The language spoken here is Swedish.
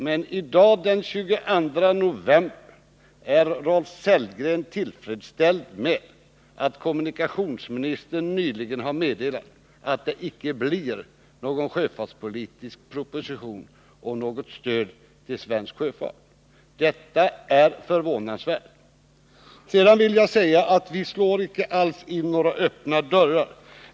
Men i dag, den 22 november, är Rolf Sellgren tillfredsställd med att kommunikationsministern nyligen har meddelat att det icke kommer någon sjöfartspolitisk proposition och något stöd till svensk sjöfart. Detta är förvånansvärt. Vislår inte alls in några öppna dörrar.